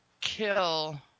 kill